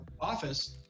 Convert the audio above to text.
office